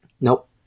Nope